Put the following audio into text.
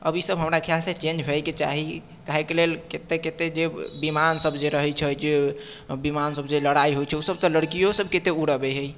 आब ई सभ हमरा ख्यालसँ चेंज होइके चाही काहेके लेल कतेक कतेक जे विमानसभ जे रहैत छै जे विमानसभ जे लड़ाइ होइत छै ओसभ तऽ लड़कियोसभ कतेक उड़बैत हइ